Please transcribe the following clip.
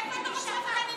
איפה אתה חושב שאתה נמצא?